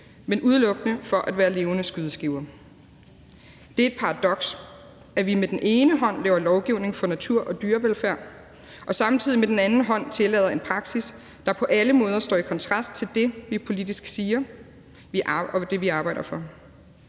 men udelukkende for at være levende skydeskiver. Det er et paradoks, at vi med den anden hånd laver lovgivning for natur og dyrevelfærd og samtidig med den anden hånd tillader en praksis, der på alle måder står i kontrast til det, vi politisk siger, og det, vi arbejder for.